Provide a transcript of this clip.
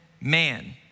man